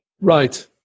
Right